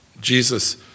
Jesus